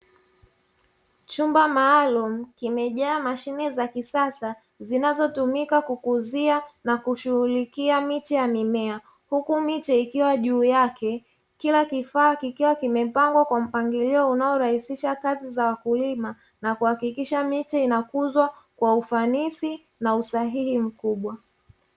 Chumba maalumu kimejaa mashine za kisasa zinazo tumika kukuzia na kushughulikia miche ya mimea, huku miche ikiwa juu yake. Kila kifaa kikiwa kimepangwa kwa mpangilio unaorahisisha kazi za wakulima na kuhakikisha miche inakuzwa kwa ufanisi na usahihi mkubwa.